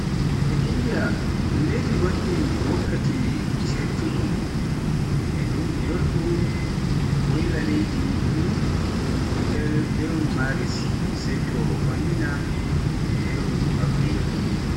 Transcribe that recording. Indiya e un leydi gonɗi wakkati ceertuɗi e ndunngu yoorngue woyla leydi ndin nder lewru maris, sai e to fombina e lewru abareru.